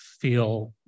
feel